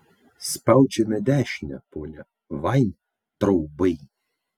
spaudžiame dešinę pone vaintraubai